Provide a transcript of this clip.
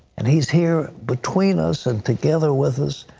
and he is here between us, and together with us,